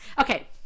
Okay